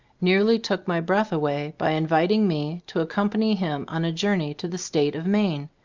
nearly took my breath away by invit ing me to accompany him on a jour ney to the state of maine,